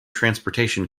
transportation